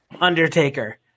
Undertaker